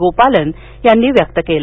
गोपालन यांनी व्यक्त केल